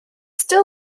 still